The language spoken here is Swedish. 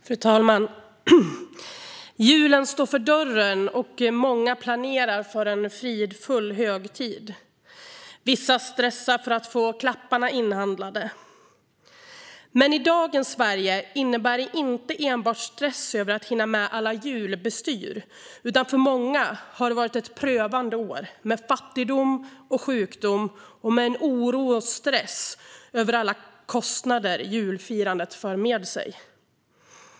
Fru talman! Julen står för dörren och många planerar för en fridfull högtid. Vissa stressar för att få klapparna inhandlade. Men i dagens Sverige innebär det inte enbart stress över att hinna med alla julbestyr, utan för många har det varit ett prövande år med fattigdom och sjukdom och nu en oro och stress över alla kostnader som julfirandet för med sig.